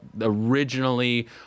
originally